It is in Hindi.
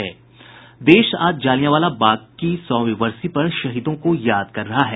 देश आज जालियांवाला बाग की सौवीं बरसी पर शहीदों को याद कर रहा है